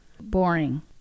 Boring